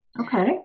Okay